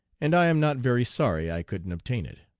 and i am not very sorry i couldn't obtain it.